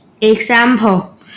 example